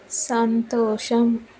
సంతోషం